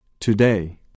Today